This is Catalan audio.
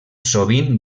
sovint